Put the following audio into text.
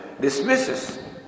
dismisses